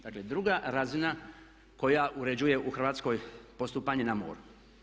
Dakle druga razina koja uređuje u Hrvatskoj postupanje na moru.